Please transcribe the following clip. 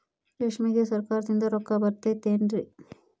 ರೇಷ್ಮೆಗೆ ಸರಕಾರದಿಂದ ರೊಕ್ಕ ಬರತೈತೇನ್ರಿ?